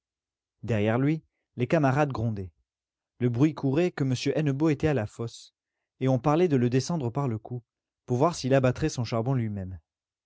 derrière lui les camarades grondaient le bruit courait que m hennebeau était à la fosse et on parlait de le descendre par le cou pour voir s'il abattrait son charbon lui-même